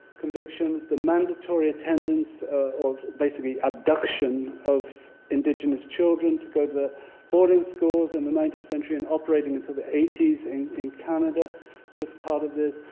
convictions. the mandatory attendance or, basically, abduction of indigenous children to go to the boarding schools in the nineteenth century and operating until the eighty s and in canada was part of this.